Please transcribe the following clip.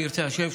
אם ירצה השם,